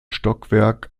stockwerk